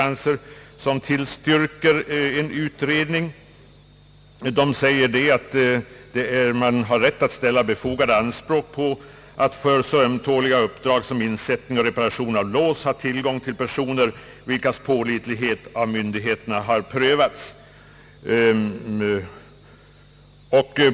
Överståthållarämbetet säger att allmänheten kan ställa befogade anspråk på att för så ömtåliga uppdrag som insättning och reparation av lås ha tillgång till personer, vilkas pålitlighet av myndighet prövats.